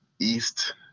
East